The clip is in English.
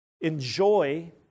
enjoy